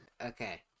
Okay